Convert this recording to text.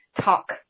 talk